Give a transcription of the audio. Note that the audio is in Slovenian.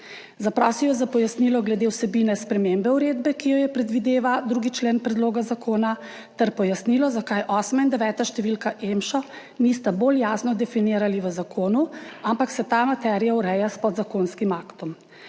Zaprosil je za pojasnilo glede vsebine spremembe uredbe, ki jo predvideva 2. člen predloga zakona, ter pojasnilo, zakaj osma in deveta številka EMŠA nista bolj jasno definirani v zakonu, ampak se ta materija ureja s podzakonskim aktom.